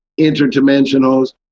interdimensionals